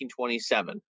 1927